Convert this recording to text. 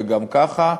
וגם ככה,